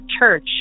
church